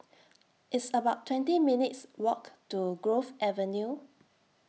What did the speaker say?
It's about twenty minutes' Walk to Grove Avenue